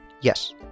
Yes